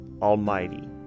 Almighty